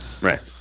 right